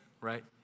Right